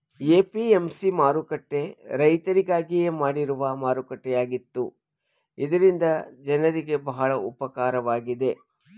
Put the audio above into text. APMC ಮಾರುಕಟ್ಟೆ ರೈತರಿಗಾಗಿಯೇ ಮಾಡಿರುವ ಮಾರುಕಟ್ಟೆಯಾಗಿತ್ತು ಇದರಿಂದ ಜನರಿಗೆ ಬಹಳ ಉಪಕಾರವಾಗಿದೆ